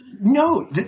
No